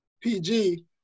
PG